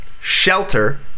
shelter